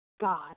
God